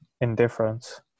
indifference